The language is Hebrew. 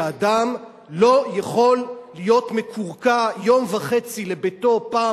שאדם לא יכול להיות מקורקע יום וחצי לביתו פעם